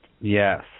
Yes